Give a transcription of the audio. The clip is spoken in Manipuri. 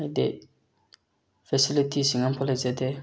ꯍꯥꯏꯗꯤ ꯐꯦꯁꯤꯂꯤꯇꯤꯁꯤꯡ ꯑꯃꯐꯥꯎ ꯂꯩꯖꯗꯦ